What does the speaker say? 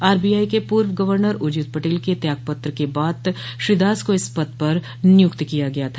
RBI के पूर्व governor Urjit Patel के त्याग पत्र के बाद श्री दास को इस पद पर नियुक्त किया गया था